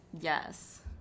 Yes